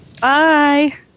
Bye